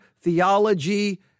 theology